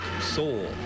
soul